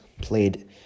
played